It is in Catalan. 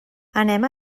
anem